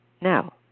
No